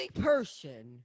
person